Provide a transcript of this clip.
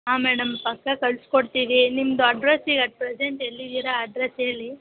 ಆಂ madam ಪಕ್ಕಾ ಕಳ್ಸಿಕೊಡ್ತೀವಿ ನಿಮ್ದು ಅಡ್ರಸ್ ಈಗ ಅಟ್ ಪ್ರಸೆಂಟ್ ಎಲ್ಲಿದ್ದೀರ ಅಡ್ರಸ್ ಹೇಳಿ